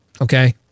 okay